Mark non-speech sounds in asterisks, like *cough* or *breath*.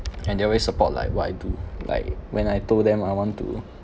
and they always support like what I do *breath* like when I told them I want to *breath*